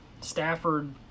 Stafford